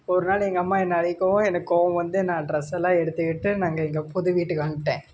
ஒரு நாள் எங்கள் அம்மா என்னை அடிக்கவும் எனக்கு கோபம் வந்து நான் ட்ரெஸ் எல்லாம் எடுத்துக்கிட்டு நாங்கள் எங்கள் புது வீட்டுக்கு வந்துட்டேன்